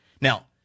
Now